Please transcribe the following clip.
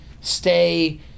stay